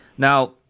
Now